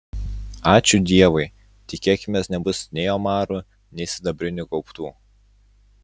ačiū dievui tikėkimės nebus nei omarų nei sidabrinių gaubtų